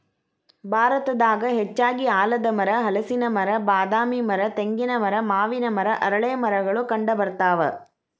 ಭಾರತದಾಗ ಹೆಚ್ಚಾಗಿ ಆಲದಮರ, ಹಲಸಿನ ಮರ, ಬಾದಾಮಿ ಮರ, ತೆಂಗಿನ ಮರ, ಮಾವಿನ ಮರ, ಅರಳೇಮರಗಳು ಕಂಡಬರ್ತಾವ